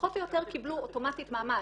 פחות או יותר קיבלו אוטומטית מעמד,